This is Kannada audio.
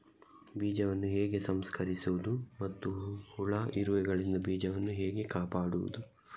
ಬೀಜವನ್ನು ಹೇಗೆ ಸಂಸ್ಕರಿಸುವುದು ಮತ್ತು ಹುಳ, ಇರುವೆಗಳಿಂದ ಬೀಜವನ್ನು ಹೇಗೆ ಕಾಪಾಡುವುದು?